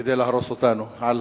כדי להרוס אותנו, על